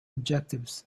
objectives